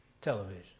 television